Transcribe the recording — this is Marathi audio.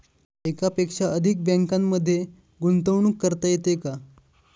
एकापेक्षा अधिक बँकांमध्ये गुंतवणूक करता येते का?